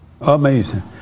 Amazing